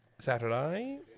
Saturday